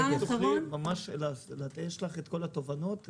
יש לך כל התובנות.